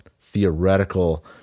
theoretical